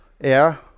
Air